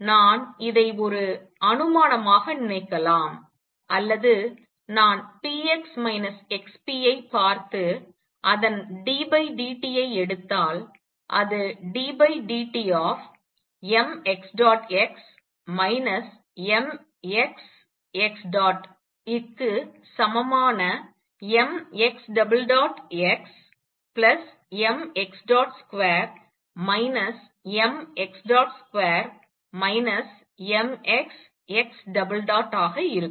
நான் இதை ஒரு அனுமானமாக நினைக்கலாம் அல்லது நான் p x x p ஐ பார்த்து அதன் d d t ஐ எடுத்தால் அது ddt க்கு சமமான mxxmx2 mx2 mxx ஆக இருக்கும்